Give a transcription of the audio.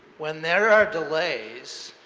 when there are delays,